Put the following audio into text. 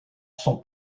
son